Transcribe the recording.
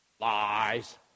Lies